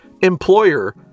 employer